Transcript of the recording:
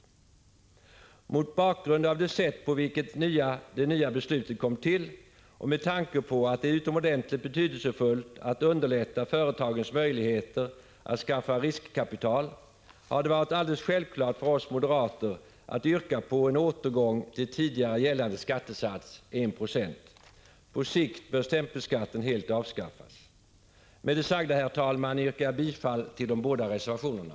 1985/86:147 Mot bakgrund av det sätt på vilket det nya beslutet kom till och med tanke 21 maj 1986 på att det är utomordentligt betydelsefullt att underlätta företagens möjligheter att skaffa riskkapital, har det varit alldeles självklart för oss moderater att yrka på en återgång till tidigare gällande skattesats — 1 920. På sikt bör stämpelskatten helt avskaffas. Med det sagda, herr talman, yrkar jag bifall till de båda reservationerna.